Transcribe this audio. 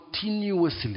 continuously